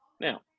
Now